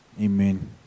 Amen